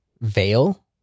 veil